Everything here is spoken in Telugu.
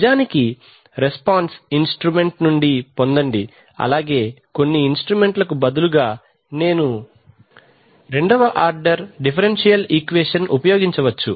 నిజానికి రెస్పాన్స్ ఇన్స్ట్రుమెంట్ నుండి పొందండి అలాగే కొన్ని ఇన్స్ట్రుమెంట్ లకు బదులుగా నేను రెండవ ఆర్డర్ డిఫరెన్షియల్ ఈక్వేషన్ ఉపయోగించవచ్చు